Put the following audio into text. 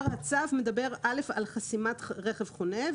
הצו מדבר על חסימת רכב חונה,